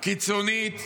קיצונית,